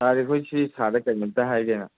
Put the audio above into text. ꯁꯥꯔ ꯑꯩꯈꯣꯏ ꯁꯤ ꯁꯥꯔꯗ ꯀꯩꯅꯣꯝꯇ ꯍꯥꯏꯒꯦꯅ